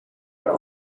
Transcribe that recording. are